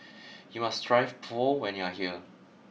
you must try Pho when you are here